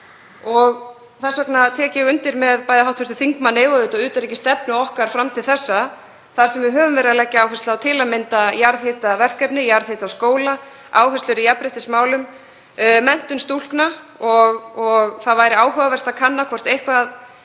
og þess vegna tek ég undir með bæði hv. þingmanni og auðvitað utanríkisstefnu okkar fram til þessa þar sem við höfum lagt áherslu á til að mynda jarðhitaverkefni, jarðhitaskóla, áherslur í jafnréttismálum og menntun stúlkna. Það væri áhugavert að kanna hvort eitthvað